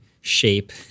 shape